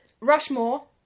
Rushmore